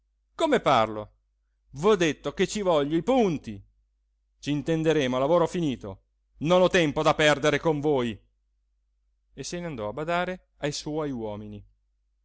come parlo v'ho detto che ci voglio i punti c'intenderemo a lavoro finito non ho tempo da perdere con voi e se ne andò a badare ai suoi uomini